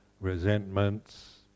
resentments